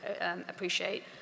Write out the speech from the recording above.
appreciate